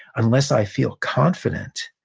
unless i feel confident,